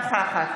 נוכחת